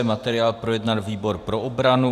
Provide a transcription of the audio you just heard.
Materiál projednal výbor pro obranu.